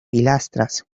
pilastras